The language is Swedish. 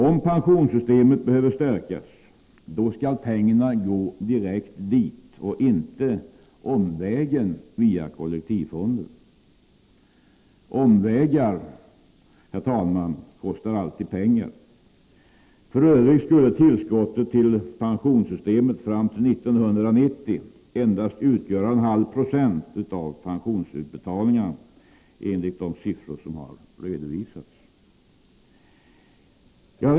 Om pensionssystemet behöver stärkas, skall pengarna gå direkt dit och inte omvägen via kollektivfonder. Omvägar, herr talman, kostar alltid pengar. F. ö. skulle tillskottet till pensionssystemet fram till 1990 endast utgöra 0,5 20 av pensionsutbetalningarna enligt de siffror som redovisats.